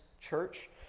Church